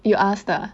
you ask the